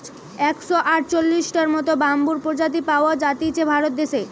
একশ আটচল্লিশটার মত বাম্বুর প্রজাতি পাওয়া জাতিছে ভারত দেশে